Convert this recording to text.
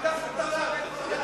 אתה חתמת עליהם כשר אוצר.